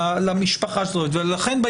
ולכן,